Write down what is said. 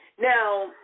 Now